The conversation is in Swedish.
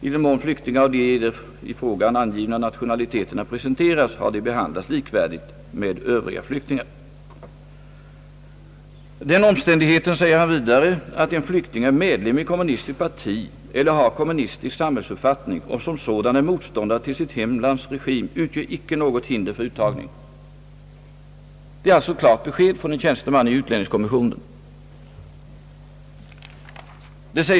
I den mån flyktingar av de i Eder fråga angivna nationaliteterna presenterats, har de behandlats likvärdigt med övriga flyktingar.» »Den omständigheten», säger han vidare, »att en flykting är medlem i ett kommunistiskt parti eller har kommunistisk samhällsuppfattning och som sådan är motståndare till sitt hemlands regim utgör icke något hinder för uttagning.» Detta är ett klart besked från en tjänsteman iutlänningskommissionen.